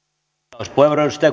arvoisa puhemies